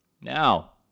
Now